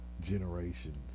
generations